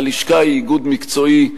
הלשכה היא איגוד מקצועי,